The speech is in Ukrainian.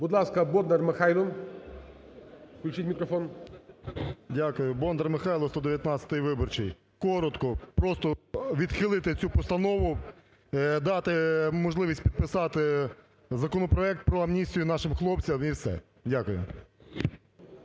Будь ласка, Бондар Михайло. Включіть мікрофон. 11:36:56 БОНДАР М.Л. Дякую. Бондар Михайло, 119 виборчий. Коротко. Просто відхилити цю постанову, дати можливість підписати законопроект про амністію нашим хлопцям. І все. Дякую.